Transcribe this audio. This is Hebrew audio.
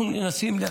אנחנו מנסים.